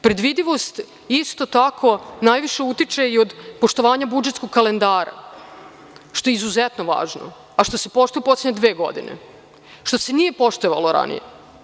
Predvidivost, isto tako najviše utiče i od poštovanja budžetskog kalendara, što je izuzetno važno, a što se poštujeu poslednje dve godine, što se nije poštovalo ranije.